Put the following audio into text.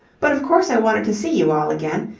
but, of course, i wanted to see you all again.